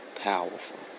powerful